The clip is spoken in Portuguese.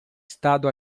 estado